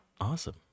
Awesome